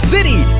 City